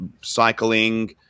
cycling